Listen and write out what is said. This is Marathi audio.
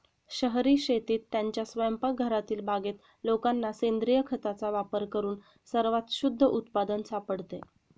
शहरी शेतीत, त्यांच्या स्वयंपाकघरातील बागेत लोकांना सेंद्रिय खताचा वापर करून सर्वात शुद्ध उत्पादन सापडते